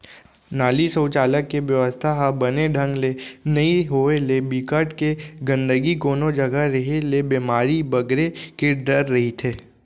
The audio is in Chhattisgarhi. नाली, सउचालक के बेवस्था ह बने ढंग ले नइ होय ले, बिकट के गंदगी कोनो जघा रेहे ले बेमारी बगरे के डर रहिथे